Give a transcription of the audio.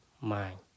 mind